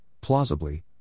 plausibly